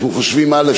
אנחנו חושבים: א.